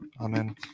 Amen